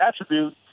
attribute